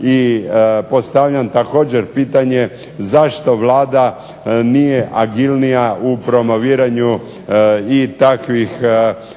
i postavljam također pitanje zašto Vlada nije agilnija u promoviranju i takvih